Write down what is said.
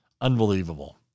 Unbelievable